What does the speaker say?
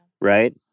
right